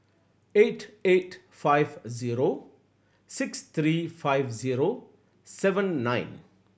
eight eight five zero six three five zero seven nine